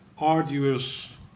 arduous